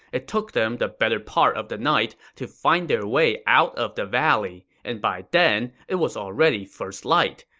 it took them the better part of the night to find their way out of the valley, and by then, it was already first light.